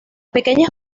pequeñas